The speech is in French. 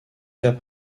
cas